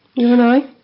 you and i?